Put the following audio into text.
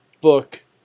book